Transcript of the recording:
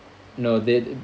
no they